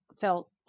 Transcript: felt